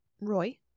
Roy